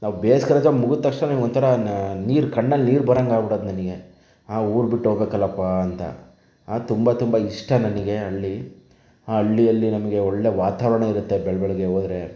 ಆ ಬೇಸಿಗೆ ರಜೆ ಮುಗಿದ ತಕ್ಷಣವೇ ಒಂಥರ ನ ನೀರು ಕಣ್ಣಲ್ಲಿ ನೀರು ಬರಂಗೆ ಆಗ್ಬಿಡೋದು ನನಗೆ ಆ ಊರು ಬಿಟ್ಟೋಗ್ಬೇಕಲ್ಲಪ್ಪ ಅಂತ ತುಂಬ ತುಂಬ ಇಷ್ಟ ನನಗೆ ಹಳ್ಳಿ ಆ ಹಳ್ಳಿಯಲ್ಲಿ ನಮಗೆ ಒಳ್ಳೆಯ ವಾತಾವರಣ ಇರುತ್ತೆ ಬೆಳಬೆಳಗ್ಗೆ ಹೋದರೆ